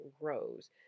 grows